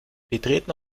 betreten